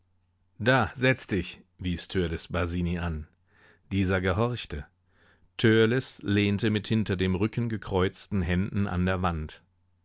da setz dich wies törleß basini an dieser gehorchte törleß lehnte mit hinter dem rücken gekreuzten händen an der wand